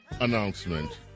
announcement